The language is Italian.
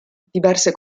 diverse